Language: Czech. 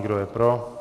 Kdo je pro?